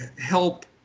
help